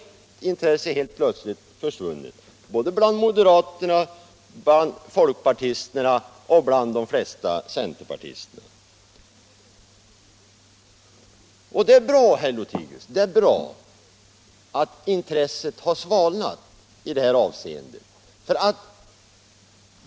Nu har intresset helt plötsligt försvunnit bland både moderater, folkpartister och de flesta centerpartister. Och det är bra, herr Lothigius, att intresset har svalnat i detta avseende.